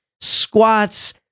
squats